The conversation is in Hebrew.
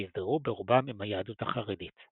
שהזדהו ברובם עם היהדות החרדית.